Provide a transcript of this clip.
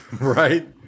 Right